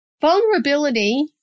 Vulnerability